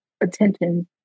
attention